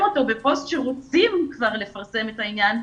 אותו בפוסט שרוצים כבר לפרסם את העניין,